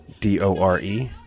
D-O-R-E